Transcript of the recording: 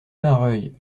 mareuil